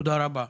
תודה רבה.